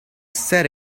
set